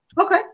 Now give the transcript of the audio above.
Okay